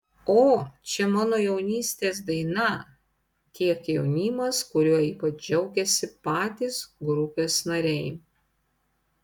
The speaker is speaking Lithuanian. o čia mano jaunystės daina tiek jaunimas kuriuo ypač džiaugiasi patys grupės nariai